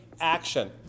action